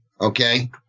okay